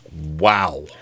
Wow